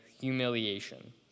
humiliation